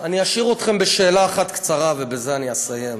אני אשאיר אתכם בשאלה אחת קצרה, ובזה אני אסיים.